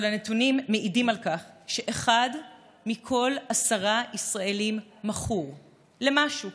אבל הנתונים מעידים על כך שאחד מכל עשרה ישראלים מכור למשהו,